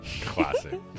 Classic